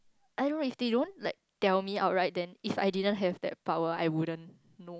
I don't if they don't like tell me out right then if I didn't have that power I wouldn't